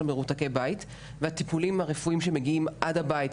מרותקי בית ושל הטיפולים הרפואיים שמגיעים עד הבית,